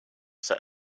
set